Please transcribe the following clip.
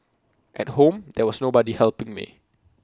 at home there was nobody helping me